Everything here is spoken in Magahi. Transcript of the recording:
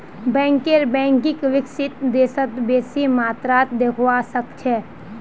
बैंकर बैंकक विकसित देशत बेसी मात्रात देखवा सके छै